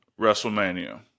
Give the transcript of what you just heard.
WrestleMania